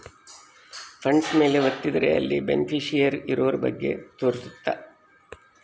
funds ಮೇಲೆ ವತ್ತಿದ್ರೆ ಅಲ್ಲಿ ಬೆನಿಫಿಶಿಯರಿ ಇರೋರ ಬಗ್ಗೆ ತೋರ್ಸುತ್ತ